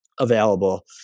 available